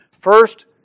First